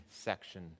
section